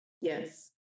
Yes